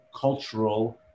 cultural